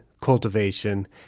cultivation